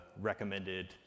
recommended